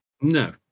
no